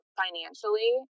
financially